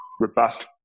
robust